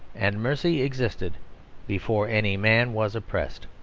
and mercy existed before any man was oppressed.